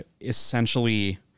essentially